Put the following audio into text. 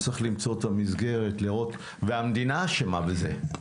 צריך למצוא את המסגרת והמדינה אשמה בזה,